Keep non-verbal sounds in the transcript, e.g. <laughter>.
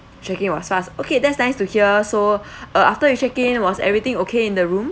check in was fast okay that's nice to hear so <breath> uh after you check in was everything okay in the room